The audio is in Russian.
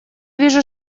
вижу